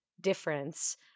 difference